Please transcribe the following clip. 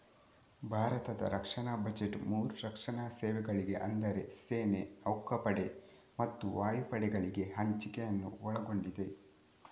ಭಾರತದ ರಕ್ಷಣಾ ಬಜೆಟ್ ಮೂರು ರಕ್ಷಣಾ ಸೇವೆಗಳಿಗೆ ಅಂದರೆ ಸೇನೆ, ನೌಕಾಪಡೆ ಮತ್ತು ವಾಯುಪಡೆಗಳಿಗೆ ಹಂಚಿಕೆಯನ್ನು ಒಳಗೊಂಡಿದೆ